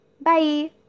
Bye